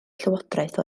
llywodraeth